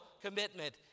commitment